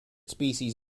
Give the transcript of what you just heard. species